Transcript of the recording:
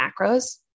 macros